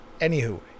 anywho